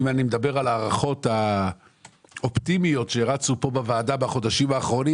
אם אני מדבר על ההערכות האופטימיות שרצו פה בוועדה בחודשים האחרונים,